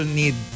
need